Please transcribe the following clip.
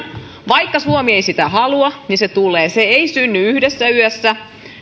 vaikka suomi ei sitä halua niin se tulee se ei synny yhdessä yössä